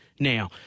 Now